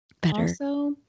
better